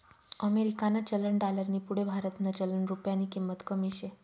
अमेरिकानं चलन डालरनी पुढे भारतनं चलन रुप्यानी किंमत कमी शे